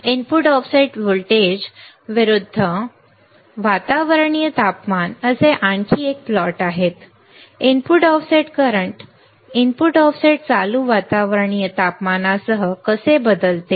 input offset voltage विरुद्ध वातावरणीय तापमान असे आणखी एक प्लॉट आहेत इनपुट ऑफसेट करंट कसे इनपुट ऑफसेट चालू वातावरणीय तापमानासह कसे बदलते